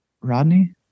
Rodney